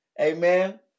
amen